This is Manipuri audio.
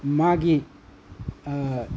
ꯃꯥꯒꯤ